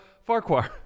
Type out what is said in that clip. Farquhar